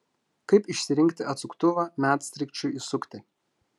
kaip išsirinkti atsuktuvą medsraigčiui įsukti